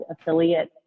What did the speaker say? affiliate